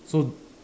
so